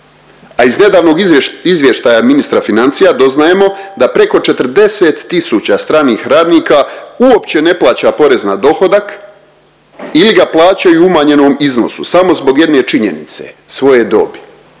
a iz nedavnog izvje… izvještaja ministra financija doznajemo da preko 40 tisuća stranih radnika uopće ne plaća porez na dohodak ili ga plaćaju u umanjenom iznosu samo zbog jedne činjenice, svoje dobi